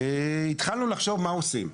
התחלנו לחשוב מה עושים.